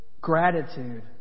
gratitude